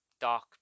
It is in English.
dark